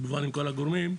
כמובן שעם כל הגורמים,